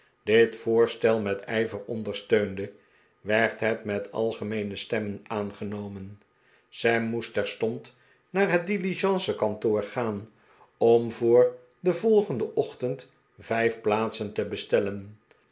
dit voorstel met ijver ondersteunde werd het met algemeene stemmen aangenomen sam moest terstond naar het diligencekantoor gaan om voor den volgenden ochtend vijf plaatsen te bestellen